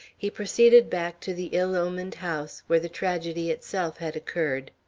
he proceeded back to the ill-omened house where the tragedy itself had occurred.